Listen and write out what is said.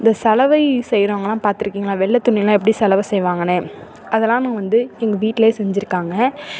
இந்த சலவை செய்கிறவங்கள்லாம் பார்த்துருக்கீங்களா வெள்ளை துணியெல்லாம் எப்படி சலவை செய்வாங்கன்னு அதெலாமும் வந்து எங்கள் வீட்டில் செஞ்சுருக்காங்க